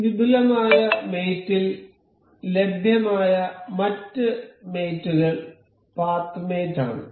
വിപുലമായ മേറ്റ് ൽ ലഭ്യമായ മറ്റ് മേറ്റ് കൾ പാത്ത് മേറ്റ് ആണ്